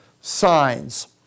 signs